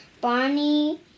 Barney